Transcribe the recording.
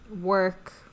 work